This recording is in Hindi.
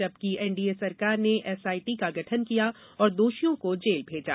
जबकि एनडीए सरकार ने एसआईटी का गठन किया और दोषियों को जेल भेजा